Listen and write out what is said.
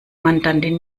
mandantin